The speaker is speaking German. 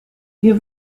wir